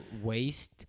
waste